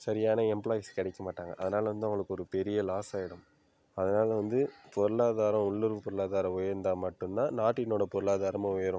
சரியான எம்ப்லாயிஸ் கிடைக்க மாட்டாங்க அதனால் வந்து அவங்களுக்கு ஒரு பெரிய லாஸ் ஆகிடும் அதனால் வந்து பொருளாதாரம் உள்ளூர் பொருளாதாரம் உயர்ந்தாக மட்டுந்தான் நாட்டினோடய பொருளாதாரமும் உயரும்